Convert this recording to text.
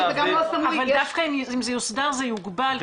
אבל דווקא אם זה יוסדר אז זה יוגבל,